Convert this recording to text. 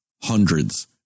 hundreds